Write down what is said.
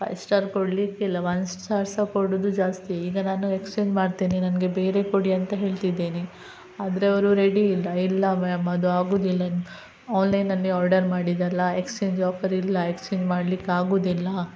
five star ಕೊಡಲಿಕ್ಕಿಲ್ಲ one star ಸಹ ಕೊಡುವುದು ಜಾಸ್ತಿ ಈಗ ನಾನು ಎಕ್ಸ್ಚೇಂಜ್ ಮಾಡ್ತೇನೆ ನನಗೆ ಬೇರೆ ಕೊಡಿ ಅಂತ ಹೇಳ್ತಿದ್ದೇನೆ ಆದರೆ ಅವರು ರೆಡಿ ಇಲ್ಲ ಇಲ್ಲ ಮ್ಯಾಮ್ ಅದು ಆಗುವುದಿಲ್ಲ ಅನ್ ಆನ್ಲೈನಲ್ಲಿ ಆರ್ಡರ್ ಮಾಡಿದ್ದಲ್ವ ಎಕ್ಸ್ಚೇಂಜ್ ಆಫರ್ ಇಲ್ಲ ಎಕ್ಸ್ಚೇಂಜ್ ಮಾಡ್ಲಿಕ್ಕೆ ಆಗುವುದಿಲ್ಲ